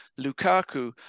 Lukaku